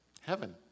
Heaven